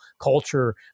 culture